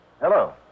Hello